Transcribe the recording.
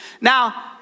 Now